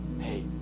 Hey